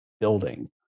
building